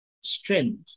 strength